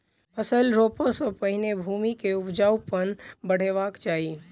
फसिल रोपअ सॅ पहिने भूमि के उपजाऊपन बढ़ेबाक चाही